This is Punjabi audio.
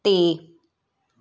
ਅਤੇ